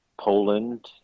Poland